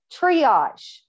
triage